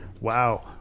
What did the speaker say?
Wow